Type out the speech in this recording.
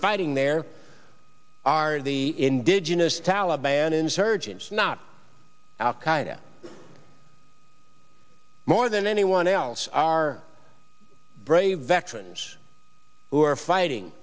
fighting there are the indigenous taliban insurgents not al qaeda more than anyone else our brave veterans who are fighting